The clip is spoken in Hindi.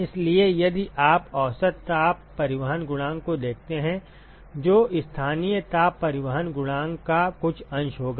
इसलिए यदि आप औसत ताप परिवहन गुणांक को देखते हैं जो स्थानीय ताप परिवहन गुणांक का कुछ अंश होगा